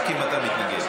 רק אם אתה מתנגד.